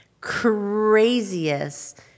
craziest